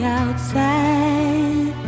outside